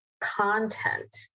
content